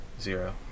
Zero